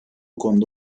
konuda